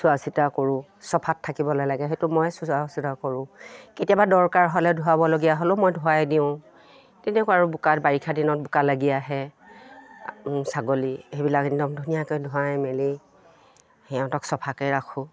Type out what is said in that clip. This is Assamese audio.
চোৱা চিতা কৰোঁ চফাত থাকিবলে লাগে সেইটো মই চোৱা চিতা কৰোঁ কেতিয়াবা দৰকাৰ হ'লে ধুৱাবলগীয়া হ'লেও মই ধুৱাই দিওঁ তেনেকুৱা আৰু বোকাত বাৰিষা দিনত বোকা লাগি আহে ছাগলী সেইবিলাক একদম ধুনীয়াকৈ ধুৱাই মেলি সিহঁতক চফাকে ৰাখোঁ